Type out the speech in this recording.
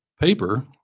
paper